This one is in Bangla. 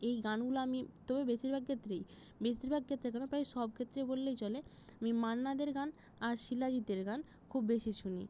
এই গানগুলো আমি তবে বেশিরভাগ ক্ষেত্রেই বেশিরভাগ ক্ষেত্রে কেন প্রায় সব ক্ষেত্রে বললেই চলে আমি মান্না দের গান আর শিলাজিতের গান খুব বেশি শুনি